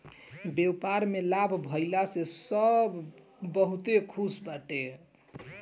व्यापार में लाभ भइला से सब बहुते खुश बाटे